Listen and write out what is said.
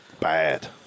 Bad